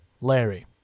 Larry